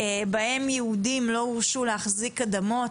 בהן יהודים לא הורשו להחזיק אדמות,